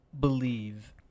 believe